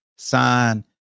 sign